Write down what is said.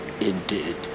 indeed